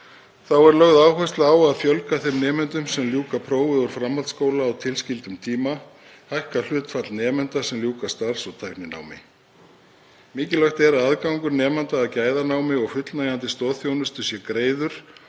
Þá er lögð áhersla á að fjölga þeim nemendum sem ljúka prófi úr framhaldsskóla á tilskildum tíma, hækka hlutfall nemenda sem ljúka starfs- og tækninámi. Mikilvægt er að aðgangur nemenda að gæðanámi og fullnægjandi stoðþjónustu sé greiður